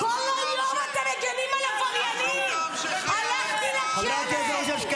ראש הממשלה זה האויב?